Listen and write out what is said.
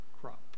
crop